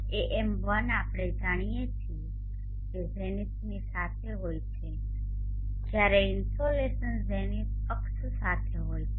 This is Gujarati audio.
AM1 આપણે જાણીએ છીએ કે ઝેનિથની સાથે હોય છે જ્યારે ઇનસોલેશન ઝેનિથ અક્ષ સાથે હોય છે